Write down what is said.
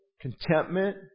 contentment